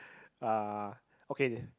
uh okay